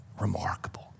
remarkable